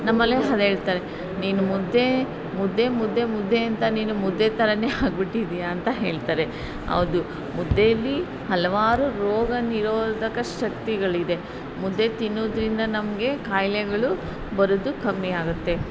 ನಮ್ಮಲ್ಲೇ ಅದು ಹೇಳ್ತಾರೆ ನೀನು ಮುದ್ದೆ ಮುದ್ದೆ ಮುದ್ದೆ ಮುದ್ದೆ ಅಂತ ನೀನು ಮುದ್ದೆ ಥರವೇ ಆಗ್ಬಿಟ್ಟಿದ್ದೀಯ ಅಂತ ಹೇಳ್ತಾರೆ ಹೌದು ಮುದ್ದೆಯಲ್ಲಿ ಹಲವಾರು ರೋಗ ನಿರೋಧಕ ಶಕ್ತಿಗಳಿದೆ ಮುದ್ದೆ ತಿನ್ನೋದ್ರಿಂದ ನಮಗೆ ಖಾಯ್ಲೆಗಳು ಬರೋದು ಕಮ್ಮಿಯಾಗುತ್ತೆ